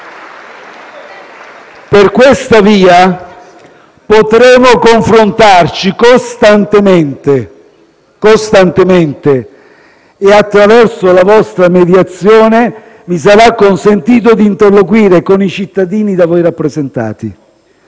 Per questa via potremo confrontarci costantemente e, attraverso la vostra mediazione, mi sarà consentito di interloquire con i cittadini da voi rappresentati.